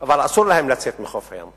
אבל אסור להם לצאת מחוף הים.